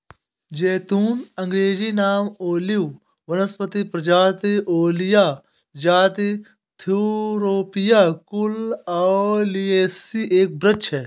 ज़ैतून अँग्रेजी नाम ओलिव वानस्पतिक प्रजाति ओलिया जाति थूरोपिया कुल ओलियेसी एक वृक्ष है